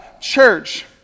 church